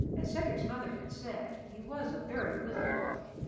as cedric's mother had said, he was a very little boy.